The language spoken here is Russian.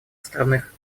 островных